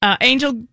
Angel